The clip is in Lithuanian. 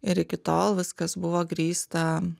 ir iki tol viskas buvo grįsta